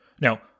Now